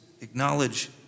acknowledge